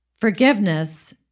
forgiveness